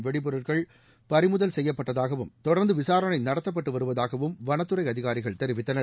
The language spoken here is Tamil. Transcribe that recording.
வெடி பெருட்கள் பறி முதல் செய்யப்பட்டதாகவ ம் தொடர்ந்து விசாரணை நடத்தப்பட்டு வருவதாகவம் வளத்துறை அதிகாரிகள் தெரிவித்தனர்